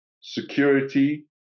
security